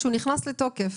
כשהוא נכנס לתוקף.